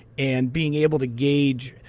and being able to gauge,